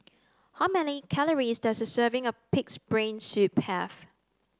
how many calories does a serving of pig's brain soup have